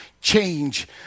change